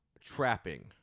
trapping